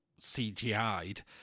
CGI'd